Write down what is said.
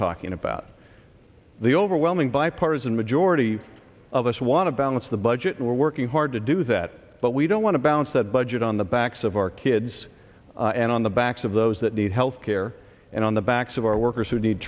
talking about the overwhelming bipartisan majority of us want to balance the budget we're working hard to do that but we don't want to balance the budget on the backs of our kids and on the backs of those that need health care and on the backs of our workers who need